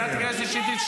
מה זה, איפה הייתם?